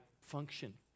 function